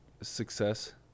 success